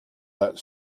that